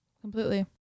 completely